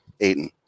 Aiden